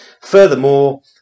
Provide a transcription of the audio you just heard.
Furthermore